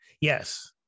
yes